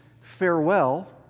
farewell